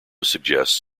suggests